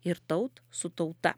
ir taut su tauta